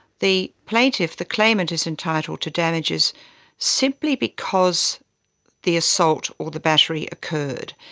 the plaintiff, the claimant is entitled to damages simply because the assault or the battery occurred.